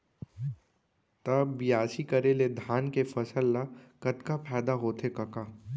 त बियासी करे ले धान के फसल ल कतका फायदा होथे कका?